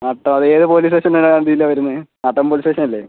അപ്പോൾ അത് ഏത് പോലീസ് സ്റ്റേഷൻ പരിധിയിലാണ് വരുന്നത് നാട്ടകം പോലീസ് സ്റ്റേഷൻ അല്ലേ